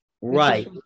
Right